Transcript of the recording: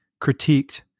critiqued